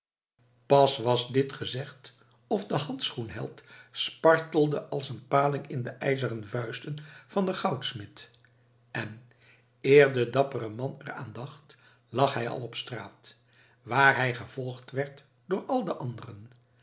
pas was dit gezegd of de handschoen held spartelde als een paling in de ijzeren vuisten van den goudsmid en eer de dappere man er aan dacht lag hij al op straat waar hij gevolgd werd door al de anderen